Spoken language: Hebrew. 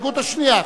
ההסתייגות השנייה,